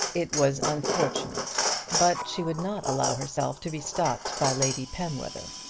it was unfortunate but she would not allow herself to be stopped by lady penwether.